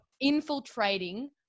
infiltrating